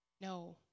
No